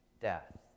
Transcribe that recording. death